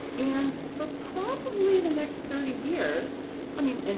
and, for probably the next thirty years, i mean, and